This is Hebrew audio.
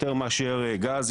יותר מאשר גז,